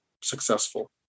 successful